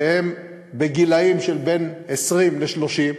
שהם בגילים של בין 20 ל-30,